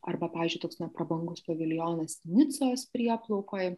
arba pavyzdžiui toks na prabangus paviljonas nicos prieplaukoj